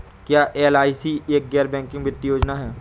क्या एल.आई.सी एक गैर बैंकिंग वित्तीय योजना है?